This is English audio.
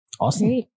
Awesome